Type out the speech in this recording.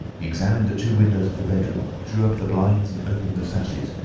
he examined the two windows of the bedroom, drew up the blinds and opened the sashes,